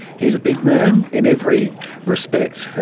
he's a big man in every respect.